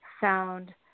found